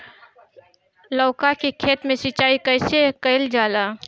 लउका के खेत मे सिचाई कईसे कइल जाला?